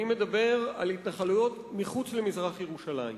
אני מדבר על התנחלויות מחוץ למזרח-ירושלים.